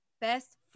Best